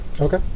Okay